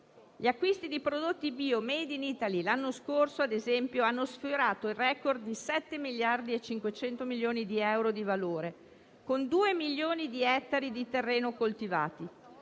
gli acquisti di prodotti bio *made in Italy*, ad esempio, hanno sfiorato il *record* di 7,5 miliardi di euro di valore, con 2 milioni di ettari di terreno coltivati.